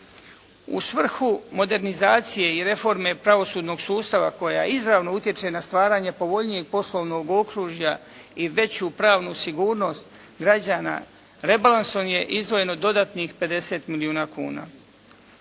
U svrhu modernizacije i reforme pravosudnog sustava koja izravno utječe na stvaranje povoljnijeg poslovnog okružja i veću pravnu sigurnost građana, rebalansom je izdvojeno dodatnih 50 milijuna kuna.